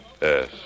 Yes